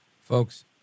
Folks